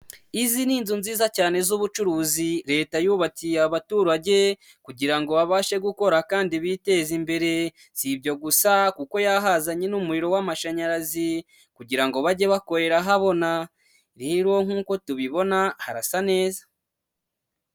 Izi ni inzu nziza cyane z'ubucuruzi, leta yubakiye abaturage kugira ngo babashe gukora kandi biteza imbere. Si ibyo gusa kuko yahazanye n'umuriro w'amashanyarazi, kugira ngo bajye bakorera ahabona. Rero nk'uko tubibona harasa neza.